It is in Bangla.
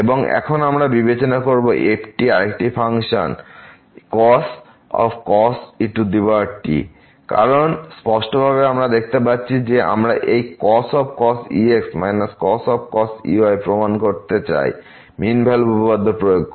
এবং এখন আমরা বিবেচনা করি f আরেকটি ফাংশন cos e t কারণ স্পষ্টভাবে আমরা দেখতে পাচ্ছি যে আমরা এই cos e x cos e y প্রমাণ করতে চাই মিন ভ্যালু উপপাদ্য ব্যবহার করে